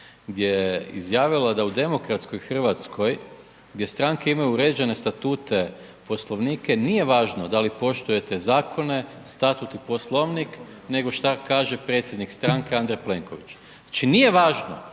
gdje je izjavila da u demokratskoj Hrvatskoj gdje stranke imaju uređene statute i poslovnike nije važno da li poštujete zakone, statut i Poslovnik nego šta kaže predsjednik stranke Andrej Plenković. Znači nije važno